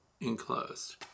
enclosed